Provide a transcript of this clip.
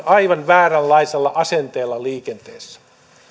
aivan vääränlaisella asenteella liikenteessä